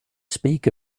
speak